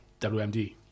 WMD